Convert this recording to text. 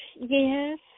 Yes